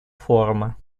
форума